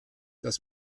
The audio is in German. das